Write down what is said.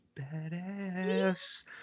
badass